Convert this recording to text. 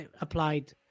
applied